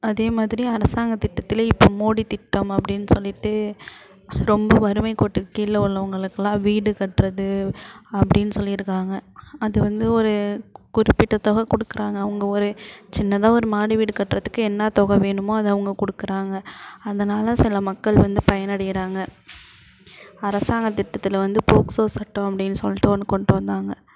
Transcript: அதே மாதிரி அரசாங்கத் திட்டத்தில் இப்போ மோடித் திட்டம் அப்படின் சொல்லிவிட்டு ரொம்ப வறுமை கோட்டுக்கு கீழே உள்ளவங்களுக்கெலாம் வீடு கட்டுறது அப்படின் சொல்லியிருக்காங்க அது வந்து ஒரு குறிப்பிட்ட தொகை கொடுக்குறாங்க அவங்க ஒரு சின்னதாக ஒரு மாடி வீடு கட்டுறத்துக்கு என்ன தொகை வேணுமோ அதை அவங்க கொடுக்குறாங்க அதனால் சில மக்கள் வந்து பயனடைகிறாங்க அரசாங்கத் திட்டத்தில் வந்து போக்ஸோ சட்டம் அப்படின் சொல்லிட்டு ஒன்று கொண்டு வந்தாங்க